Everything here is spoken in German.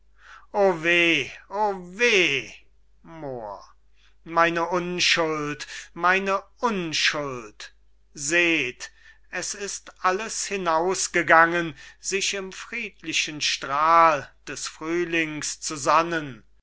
weh moor meine unschuld meine unschuld seht es ist alles hinausgegangen sich im friedlichen stral des frühlings